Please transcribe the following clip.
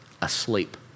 asleep